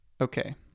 Okay